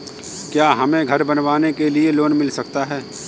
क्या हमें घर बनवाने के लिए लोन मिल सकता है?